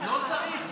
צריך.